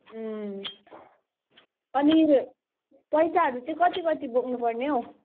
उम् अनि पैसाहरू चाहिँ कति कति बोक्नुपर्ने हौ